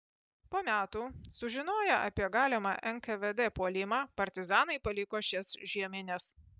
po metų sužinoję apie galimą nkvd puolimą partizanai paliko šias žiemines